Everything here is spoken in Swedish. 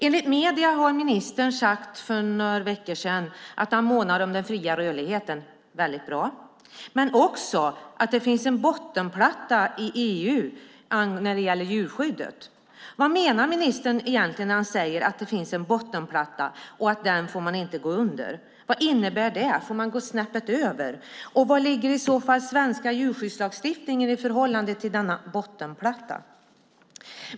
Enligt medierna sade ministern för några veckor sedan att han månade om den fria rörligheten - väldigt bra - men också att det finns en bottenplatta i EU när det gäller djurskyddet. Vad menar ministern egentligen när han säger att det finns en bottenplatta och att man inte får gå under den? Vad innebär det? Får man gå snäppet över? Var ligger i så fall svenska djurskyddslagstiftningen i förhållande till denna bottenplatta?